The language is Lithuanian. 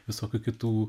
visokių kitų